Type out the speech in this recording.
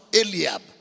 Eliab